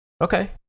Okay